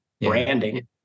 branding